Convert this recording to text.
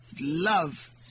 Love